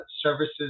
services